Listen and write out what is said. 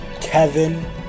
Kevin